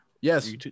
Yes